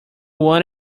want